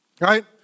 right